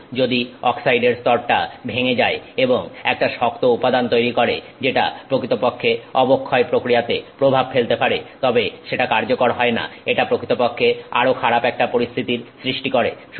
কিন্তু যদি অক্সাইডের স্তরটা ভেঙে যায় এবং একটা শক্ত উপাদান তৈরি করে যেটা প্রকৃতপক্ষে অবক্ষয় প্রক্রিয়াতে প্রভাব ফেলতে পারে তবে সেটা কার্যকর হয় না এটা প্রকৃতপক্ষে আরো খারাপ একটা পরিস্থিতির সৃষ্টি করে